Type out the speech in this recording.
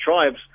tribes